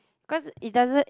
cause it doesn't